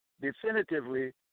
definitively